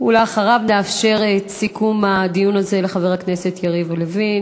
ולאחריו נאפשר את סיכום הדיון הזה לחבר הכנסת יריב לוין,